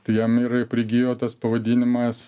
tai jam ir prigijo tas pavadinimas